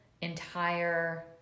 entire